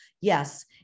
yes